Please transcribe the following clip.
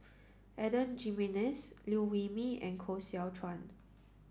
Adan Jimenez Liew Wee Mee and Koh Seow Chuan